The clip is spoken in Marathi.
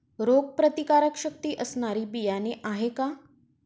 रोगप्रतिकारशक्ती असणारी बियाणे आहे का?